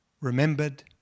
remembered